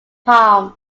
palms